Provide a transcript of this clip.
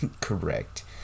Correct